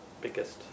biggest